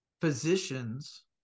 Physicians